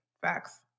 Facts